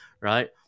right